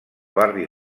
barri